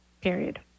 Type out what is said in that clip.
period